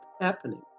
happening